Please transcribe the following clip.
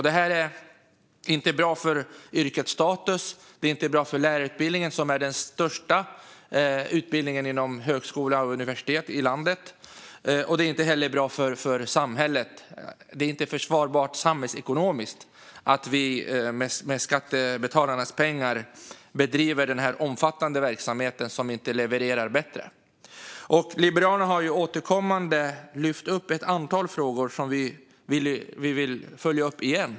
Det är inte bra för yrkets status. Det är inte bra för lärarutbildningen, som är landets största utbildning inom högskola och universitet. Det är inte heller bra för samhället. Det är inte samhällsekonomiskt försvarbart att med skattebetalarnas pengar bedriva en sådan omfattande verksamhet som inte levererar bättre. Liberalerna har återkommande lyft upp ett antal frågor som vi vill följa upp igen.